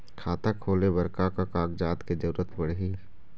खाता खोले बर का का कागजात के जरूरत पड़ही?